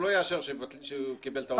הוא לא יאשר שהוא קיבל את ההודעה.